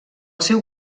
seu